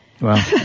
Wow